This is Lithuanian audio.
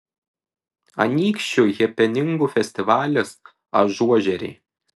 anykščių hepeningų festivalis ažuožeriai